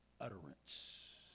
utterance